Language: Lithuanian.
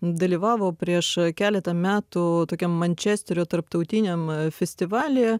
dalyvavo prieš keletą metų tokiam mančesterio tarptautiniam festivalyje